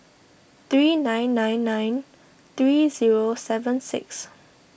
three nine nine nine three zero seven six